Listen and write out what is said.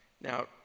Now